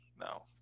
no